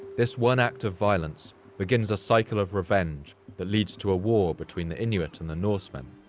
this one act of violence begins a cycle of revenge that leads to a war between the inuit and the norsemen.